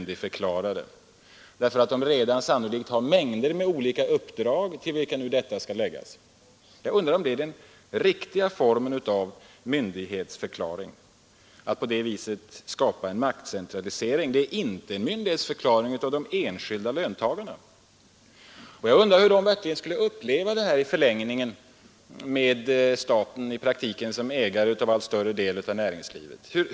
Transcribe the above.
De har sannolikt redan mängder av olika uppdrag, till vilka nu detta skall läggas. Jag undrar om det är den riktiga formen av myndighetsförklaring att på det viset skapa en maktcentralisering. Det är inte en myndighetsförklaring av de enskilda löntagarna. Jag undrar hur de skulle uppleva det att staten i praktiken blev ägare av en allt större del av näringslivet.